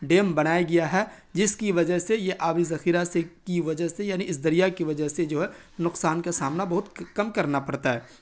dam بنایا گیا ہے جس کی وجہ سے یہ آبی ذخیرہ سے کی وجہ سے یعنی اس دریا کی وجہ سے جو ہے نقصان کا سامنا بہت کم کرنا پڑتا ہے